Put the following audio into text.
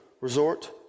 resort